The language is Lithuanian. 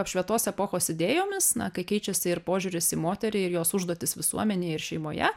apšvietos epochos idėjomis na kai keičiasi ir požiūris į moterį ir jos užduotis visuomenėj ir šeimoje